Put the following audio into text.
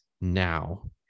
now